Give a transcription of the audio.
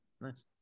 nice